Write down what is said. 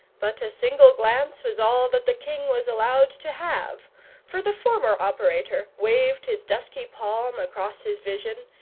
but a single glance was all that the king was allowed to have for the former operator waved his dusky palm across his vision,